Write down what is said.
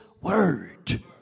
word